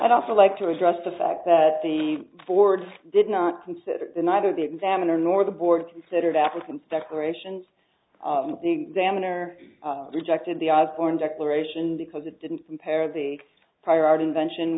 i'd also like to address the fact that the fords did not consider that neither the examiner nor the board considered applicants declarations the examiner rejected the osborne declaration because it didn't compare the prior art invention